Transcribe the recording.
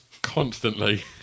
Constantly